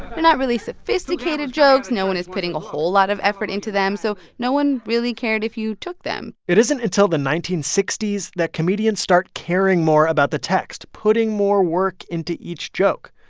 but not really sophisticated jokes. no one is putting a whole lot of effort into them, so no one really cared if you took them it isn't until the nineteen sixty s that comedians start caring more about the text, putting more work into each joke.